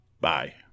Bye